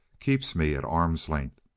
keeps me at arm's length.